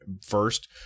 first